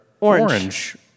orange